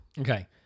Okay